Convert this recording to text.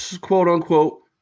quote-unquote